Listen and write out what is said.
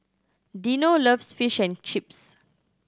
Dino loves Fish and Chips